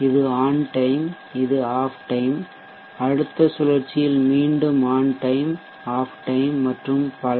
இது on time இது off time அடுத்த சுழற்சியில் மீண்டும் ஆன் டைம் ஆஃப் டைம் மற்றும் பல